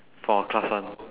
from our class [one]